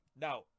Now